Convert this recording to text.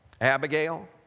Abigail